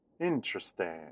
interesting